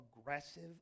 aggressive